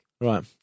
Right